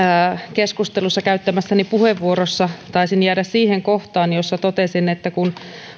keskustelussa käyttämässäni puheenvuorossa taisin jäädä siihen kohtaan jossa totesin että kun